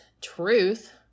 truth